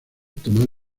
tomar